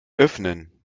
öffnen